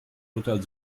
urteil